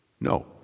No